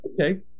okay